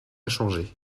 changé